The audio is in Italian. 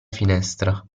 finestra